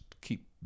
keep